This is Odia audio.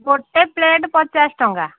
ଗୋଟେ ପ୍ଲେଟ୍ ପଚାଶ ଟଙ୍କା